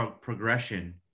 progression